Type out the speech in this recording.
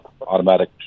automatic